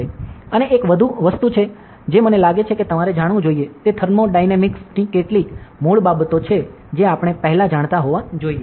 અને એક વધુ વસ્તુ જે મને લાગે છે કે તમારે જાણવું જોઈએ તે થર્મોડાયનેમિક્સ ની કેટલીક મૂળ બાબતો છે જે આપણે પહેલાં જાણતા હોવા જોઈએ